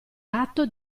atto